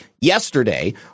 yesterday